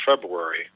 February